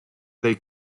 they